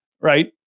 right